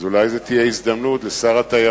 אז אולי זו תהיה הזדמנות לשר התיירות